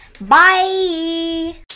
Bye